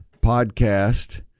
podcast